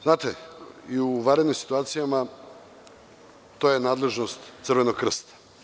Znate, i u vanrednim situacijama to je nadležnost Crvenog krsta.